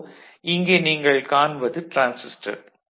இதோ இங்கே நீங்கள் காண்பது டிரான்சிஸ்டர்